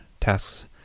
tasks